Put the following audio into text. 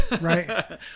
Right